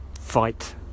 fight